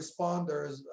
responders